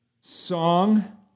Song